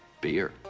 Beer